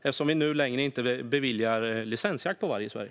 Vi beviljar ju inte längre licensjakt på varg i Sverige.